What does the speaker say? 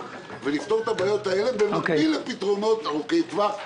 ולפתור את הבעיות האלה במקביל לפתרונות ארוכי טווח.